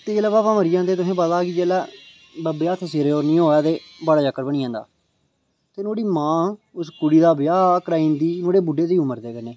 ते जेल्लै पापा मरी जंदे ते जेल्लै बब्बै दा हत्थ सिरै उप्पर नेईं होऐ ते बड़ा चक्कर बनी जंदा ऐ ते नुआढ़ी मां उस कुड़ी दा ब्याह करवाई दिंदी नुआढ़े बुड्ढे दी उमर कन्नै